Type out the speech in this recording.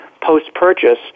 post-purchase